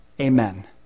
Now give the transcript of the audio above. Amen